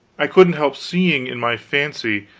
i couldn't help seeing, in my fancy,